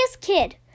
kid